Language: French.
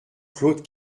claude